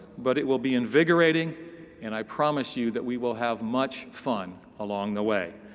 but it will be invigorating and i promise you that we will have much fun along the way.